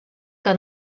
que